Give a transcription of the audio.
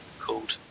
called